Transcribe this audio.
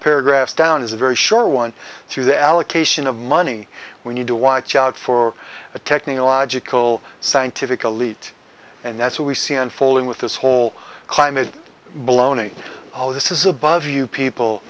paragraphs down is a very short one to the allocation of money we need to watch out for a technological scientific alit and that's what we see unfolding with this whole climate baloney all this is above you